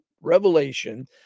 revelation